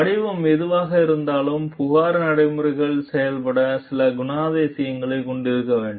படிவம் எதுவாக இருந்தாலும் புகார் நடைமுறைகள் செயல்பட சில குணாதிசயங்களைக் கொண்டிருக்க வேண்டும்